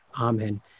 Amen